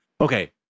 Okay